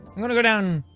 i'm gonna go down.